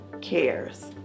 cares